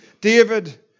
David